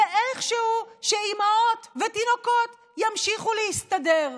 ואיכשהו אימהות ותינוקות ימשיכו להסתדר.